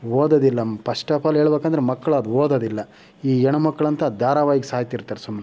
ಓದೋದಿಲ್ಲ first of all ಹೇಳ್ಬೇಕೆಂದ್ರೆ ಮಕ್ಳು ಅದು ಓದೋದಿಲ್ಲ ಈ ಹೆಣ್ಮಕ್ಳಂತೂ ಧಾರವಾಹಿಗೆ ಸಾಯ್ತಿರ್ತಾರೆ ಸುಮ್ಮನೆ